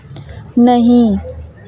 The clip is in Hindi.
नहीं